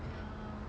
ya